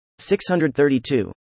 632